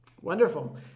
Wonderful